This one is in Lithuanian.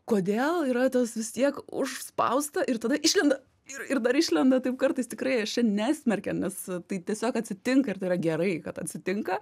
kodėl yra tas vis tiek užspausta ir tada išlenda ir ir dar išlenda taip kartais tikrai aš čia nesmerkiant nes tai tiesiog atsitinka ir tai yra gerai kad atsitinka